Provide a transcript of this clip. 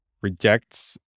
rejects